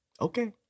Okay